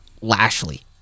Lashley